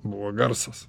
buvo garsas